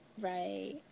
Right